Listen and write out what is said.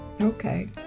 Okay